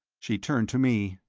she turned to me.